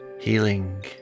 healing